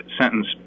sentence